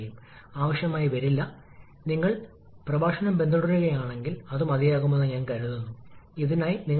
power ടർബൈനുമായുള്ള വ്യത്യാസം ഇവിടെ ടർബൈനിന്റെ രണ്ട് ഘട്ടങ്ങൾക്കിടയിൽ വീണ്ടും ചൂടാക്കാനുള്ള ഒരു ഘട്ടമുണ്ട്